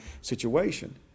situation